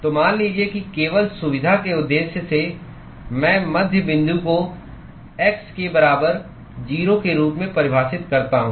तो मान लीजिए कि केवल सुविधा के उद्देश्य से मैं मध्य बिंदु को x के बराबर 0 के रूप में परिभाषित करता हूं